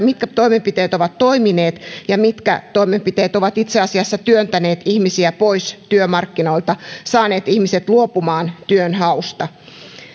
mitkä toimenpiteet ovat toimineet ja mitkä toimenpiteet ovat itse asiassa työntäneet ihmisiä pois työmarkkinoilta saaneet ihmiset luopumaan työnhausta